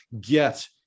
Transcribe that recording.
get